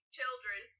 children